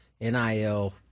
NIL